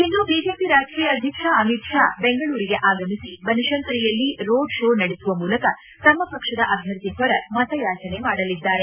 ಇಂದು BJP ರಾಷ್ಷೀಯ ಅಧ್ಯಕ್ಷ ಅಮಿತ್ ಷಾ ಬೆಂಗಳೂರಿಗೆ ಆಗಮಿಸಿ ಬನಶಂಕರಿಯಲ್ಲಿ ರೋಡ್ ಶೋ ನಡೆಸುವ ಮೂಲಕ ತಮ್ನ ಪಕ್ಷದ ಅಭ್ಯರ್ಥಿ ಪರ ಮತಯಾಚನೆ ಮಾಡಲಿದ್ದಾರೆ